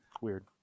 weird